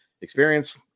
experience